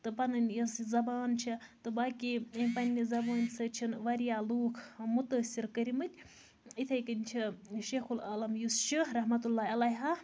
تہٕ پَنٕنۍ یۄس یہِ زَبان چھےٚ تہٕ باقٕے یِم پَنٕنہِ زَبٲنۍ سۭتۍ چھِنہٕ واریاہ لوٗکھ مُتٲثر کٔرۍمٕتۍ یِتھٕے کَنۍ چھِ شیخُ العالَم یُس چھُ رحمت اللہ علیہہ